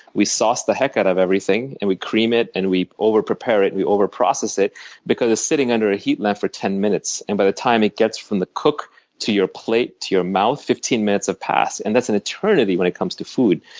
we sauce the heck out of everything, and we cream it and we over prepare it and we over process it because it's sitting under a heat lamp for ten minutes. and by the time it gets from the cook to your plate to your mouth, fifteen minutes have passed and that's an eternity when it comes to food.